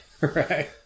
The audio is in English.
Right